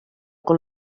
com